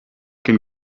can